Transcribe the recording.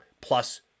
plus